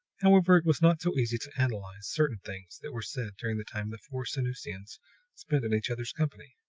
however, it was not so easy to analyze certain things that were said during the time the four sanusians spent in each other's company.